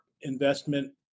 investment